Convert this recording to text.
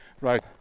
right